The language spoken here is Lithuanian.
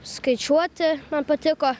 skaičiuoti man patiko